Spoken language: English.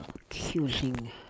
accusing